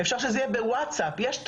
אפשר שזה יהיה בוואטסאפ, יש טכנולוגיה,